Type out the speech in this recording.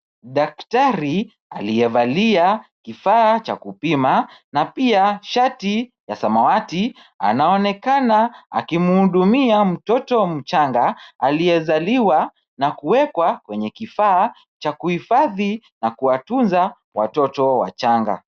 Daktari aliyevalia kifaa cha kupima na pia shati ya samawati anaonekana akimhudumia mtoto mchanga aliyezaliwa na kuwekwa kwenye kifaa cha kuhifadhi na kuwatunza watoto wachanga.